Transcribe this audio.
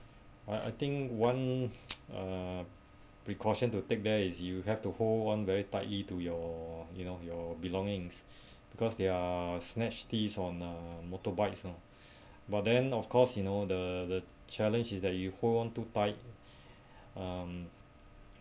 I I think one uh precaution to take there is you have to hold on very tightly to your you know your belongings because they're snatch thieves on uh motorbikes lah but then of course you know the the challenge is that you hold on to tight um